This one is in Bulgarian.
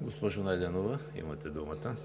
Госпожо Найденова, имате думата.